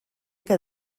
que